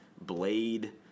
Blade